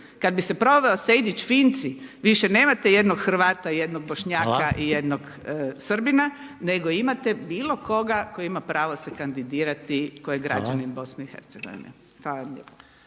kad bi se proveo Sejdić-Finci više nemate jednog Hrvata i jednog Bošnjaka …/Upadica: Hvala./… i jednog Srbina nego imate bilo koga koji ima pravo se kandidirati koji je građanin BiH. Hvala vam lijepo.